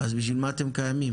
אז בשביל מה אתם קיימים?